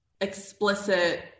explicit